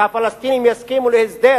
שהפלסטינים יסכימו להסדר